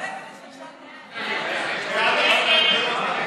מיכל רוזין,